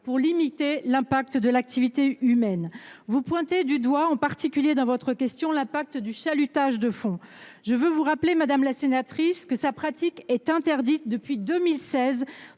de limiter l’impact de l’activité humaine. Vous pointez en particulier dans votre question l’impact du chalutage de fond. Je veux vous rappeler, madame la sénatrice, que cette pratique est interdite depuis 2016